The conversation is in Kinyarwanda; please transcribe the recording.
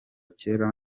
kera